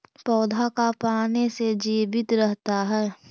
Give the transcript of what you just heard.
पौधा का पाने से जीवित रहता है?